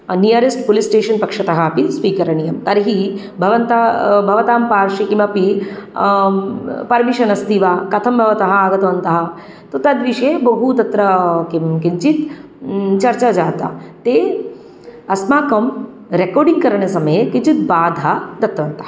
nearest police station पक्षतः अपि स्वीकरणीयं तर्हि भवन्त भवतां पार्श्वे किमपि पर्मिशन् अस्ति वा कथं भवन्तः आगतवन्तः तद्विषये बहु तत्र किं किञ्चित् चर्चा जाता ते अस्माकं रेकार्डिङ्ग् करणसमये किञ्चिद् बाधा दतवन्तः